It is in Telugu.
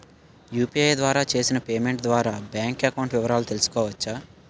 యు.పి.ఐ ద్వారా చేసిన పేమెంట్ ద్వారా బ్యాంక్ అకౌంట్ వివరాలు తెలుసుకోవచ్చ?